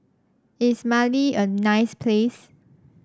is Mali a nice place